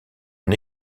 une